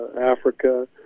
africa